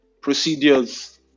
procedures